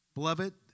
Beloved